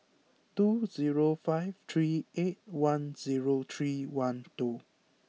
two zero five three eight one zero three one two